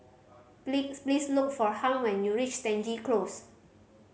please look for Harm when you reach Stangee Close